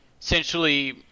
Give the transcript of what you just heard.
essentially